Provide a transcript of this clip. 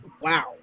Wow